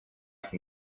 can